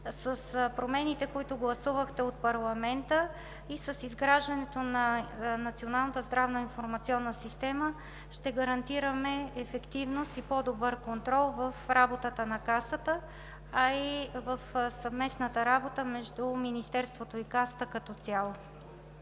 с промените, които гласувахте в парламента, и с изграждането на Националната здравна информационна система ще гарантираме ефективност и по-добър контрол в работата на Касата, а и в съвместната работа между Министерството и Касата като цяло.